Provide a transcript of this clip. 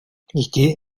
ити